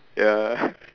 ya